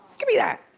gimme that!